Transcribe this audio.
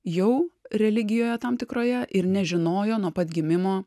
jau religijoje tam tikroje ir nežinojo nuo pat gimimo